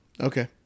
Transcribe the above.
Okay